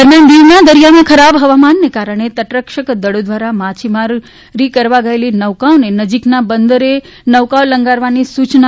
દરમિયાન દીવના દરિયામાં ખરાબ હવામાનને કારણે તટરક્ષક દળો દ્વારા માછીમારો કરવા ગયેલી નૌકાઓને નજીકના બંદરે લંગારવાની સૂચના તા